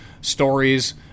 stories